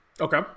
Okay